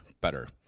better